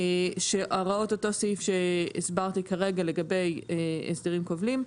שהוראות אותו סעיף שהסברתי כרגע לגבי הסדרים קובלים,